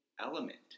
element